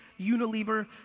unilever,